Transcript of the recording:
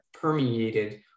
permeated